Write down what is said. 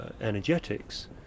energetics